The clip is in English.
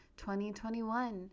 2021